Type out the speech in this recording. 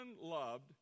loved